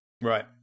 Right